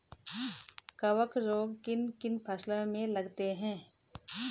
कवक रोग किन किन फसलों में लगते हैं?